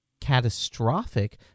catastrophic